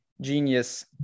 genius